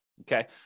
Okay